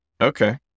Okay